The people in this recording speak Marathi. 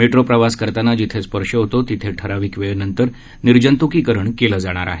मेट्रो प्रवास करताना जिथे स्पर्श होतो तिथे ठराविक वेळेनंतर निर्जंतुकीकरण केलं जाणार आहे